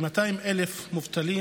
כ-200,000 מובטלים.